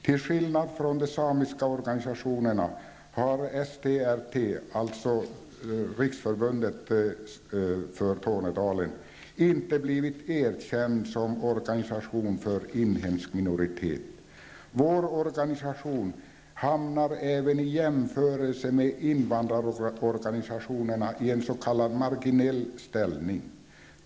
Till skillnad från de samiska organisationerna har STR T inte blivit erkänd som organisation för en inhemsk minoritet. Vår organisation hamnar även i jämförelse med invandrarorganisationerna i en s.k. marginell ställning.